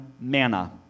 Manna